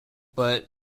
but